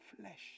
flesh